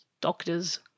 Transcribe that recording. Doctors